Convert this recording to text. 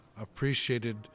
appreciated